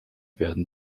werden